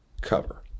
cover